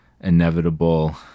inevitable